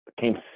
came